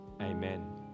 Amen